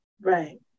Right